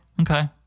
Okay